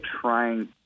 trying